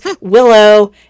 Willow